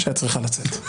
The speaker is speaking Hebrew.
שאת צריכה לצאת.